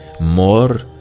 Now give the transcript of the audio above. more